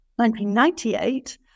1998